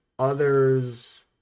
Others